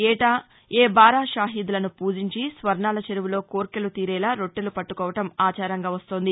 ఏటా ఏ బారాషాహీద్ లను పూజించి స్వర్ణాల చెరువులో కోర్కెలు తీరేలా రొట్టెలు పట్టుకోవడం ఆచారంగా వస్తోంది